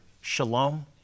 Shalom